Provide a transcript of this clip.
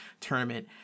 tournament